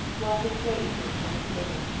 while she straightened things on the table.